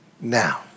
now